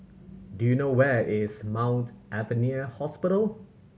do you know where is Mount Alvernia Hospital